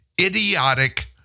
idiotic